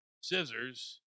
scissors